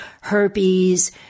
herpes